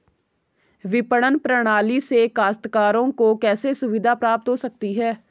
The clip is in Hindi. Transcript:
विपणन प्रणाली से काश्तकारों को कैसे सुविधा प्राप्त हो सकती है?